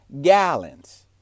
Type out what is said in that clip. gallons